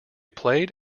played